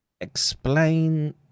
Explain